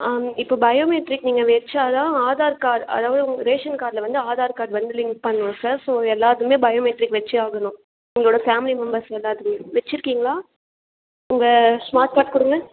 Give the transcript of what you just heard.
ஆ இப்போது பயோமெட்ரிக் நீங்கள் வைச்சா தான் ஆதார் கார்டு அதாவது உங்கள் ரேஷன் கார்ட்டில் வந்து ஆதார் கார்டு வந்து லிங்க் பண்ணணும் சார் ஸோ எல்லாத்துலேயுமே பயோமெட்ரிக் வைச்சு ஆகணும் உங்களோடய ஃபேமிலி மெம்பெர்ஸ் எல்லாேர்தையும் வச்சுருக்கிங்களா உங்கள் ஸ்மார்ட் கார்டு கொடுங்க